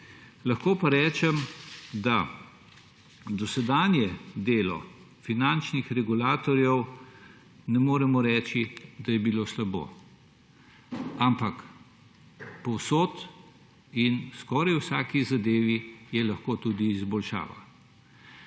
Lahko pa rečem, da za dosedanje delo finančnih regulatorjev ne moremo reči, da je bilo slabo, ampak povsod in skoraj v vsaki zadevi je lahko tudi izboljšava.